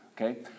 Okay